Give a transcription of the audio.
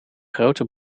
grote